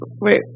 wait